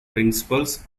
principles